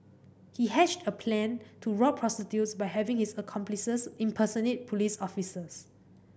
he hatched a plan to rob prostitutes by having his accomplices impersonate police officers